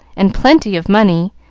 and plenty of money,